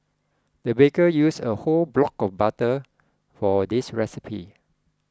the baker used a whole block of butter for this recipe